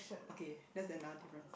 okay that's another difference